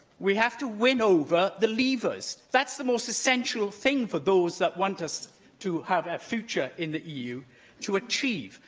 we have to win over the leavers. that's the most essential thing for those that want us to have a future in the eu to achieve,